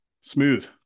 Smooth